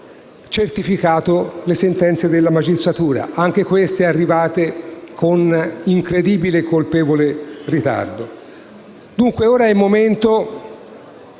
certificato le sentenze della magistratura, anche queste arrivate con incredibile e colpevole ritardo. Dunque, ora è il momento